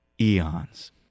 eons